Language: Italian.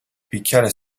picchiare